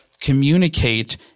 communicate